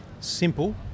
simple